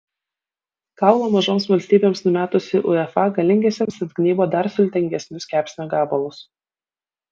kaulą mažoms valstybėms numetusi uefa galingiesiems atgnybo dar sultingesnius kepsnio gabalus